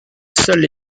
seules